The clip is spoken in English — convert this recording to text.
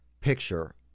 picture